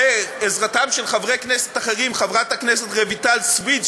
ועזרתם של חברי כנסת אחרים חברת הכנסת רויטל סויד,